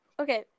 okay